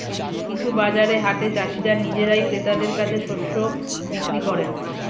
কিছু বাজার হাটে চাষীরা নিজেরাই ক্রেতাদের কাছে শস্য বিক্রি করেন